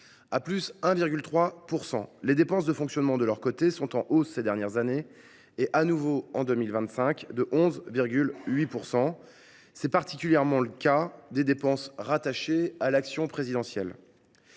à +1,3 %, les dépenses de fonctionnement, en hausse ces dernières années, le seront de nouveau en 2025, de 11,8 %. C’est particulièrement le cas des dépenses rattachées à l’action présidentielle.